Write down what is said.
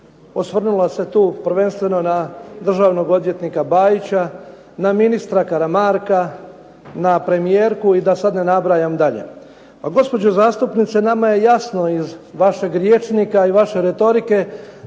osvrnula se tu prvenstveno na državnog odvjetnika Bajića, na ministra Karamarka, na premijerku i da sad ne nabrajam dalje. Pa gospođo zastupnice nama je jasno iz vašeg rječnika i vaše retorike